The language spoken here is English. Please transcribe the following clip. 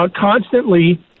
Constantly